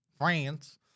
France